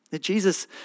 Jesus